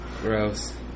Gross